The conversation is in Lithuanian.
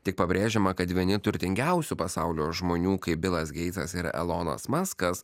tik pabrėžiama kad vieni turtingiausių pasaulio žmonių kaip bilas geitsas ir elonas maskas